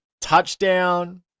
touchdown